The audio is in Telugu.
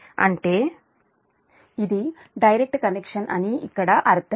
అందువల్ల Va0 Va1 3ZfIa0 ఇప్పుడు Zf లేదు Zf 0 అవుతుంది అంటే ఇది డైరెక్ట్ కనెక్షన్ అని ఇక్కడ అర్థం